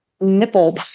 nipple